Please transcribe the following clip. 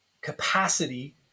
capacity